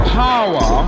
power